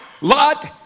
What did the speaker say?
Lot